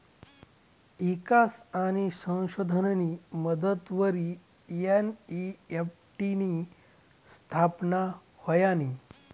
ईकास आणि संशोधननी मदतवरी एन.ई.एफ.टी नी स्थापना व्हयनी